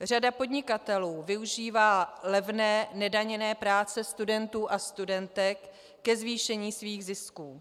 Řada podnikatelů využívá levné nedaněné práce studentů a studentek ke zvýšení svých zisků.